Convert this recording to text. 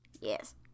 Yes